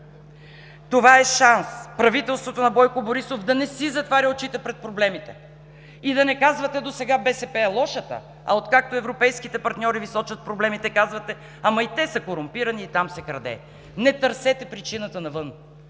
Това е шанс правителството на Бойко Борисов да не си затваря очите пред проблемите и да не казвате, както досега: „БСП е лошата“, а откакто европейските партньори Ви сочат проблемите, казвате: „Ама и те са корумпирани и там се краде.“ Не търсете причината навън.